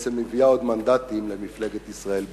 בעצם מביאה עוד מנדטים למפלגת ישראל ביתנו.